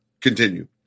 continue